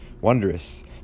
wondrous